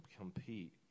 compete